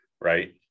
right